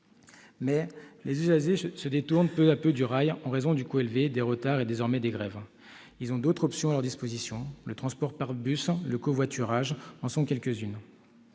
les usagers s'en détournent aujourd'hui peu à peu en raison du coût élevé, des retards et, désormais, des grèves. Ils ont d'autres options à leur disposition : le transport par bus, le covoiturage en sont quelques-unes.